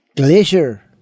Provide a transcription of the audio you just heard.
Glacier